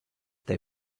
they